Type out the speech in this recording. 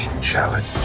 challenge